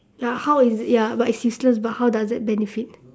like how is it ya but it's useless but how does it benefit